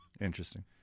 Interesting